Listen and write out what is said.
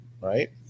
Right